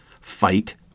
fight